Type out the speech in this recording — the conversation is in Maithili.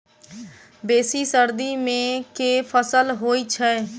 बेसी सर्दी मे केँ फसल होइ छै?